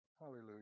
Hallelujah